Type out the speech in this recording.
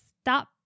stop